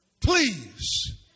Please